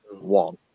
one